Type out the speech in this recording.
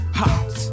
hot